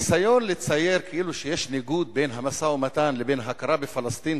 הניסיון לצייר כאילו שיש ניגוד בין המשא-ומתן לבין הכרה בפלסטין